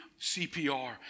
CPR